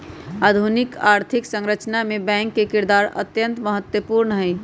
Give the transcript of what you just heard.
आधुनिक आर्थिक संरचना मे बैंक के किरदार अत्यंत महत्वपूर्ण हई